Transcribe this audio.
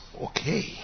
okay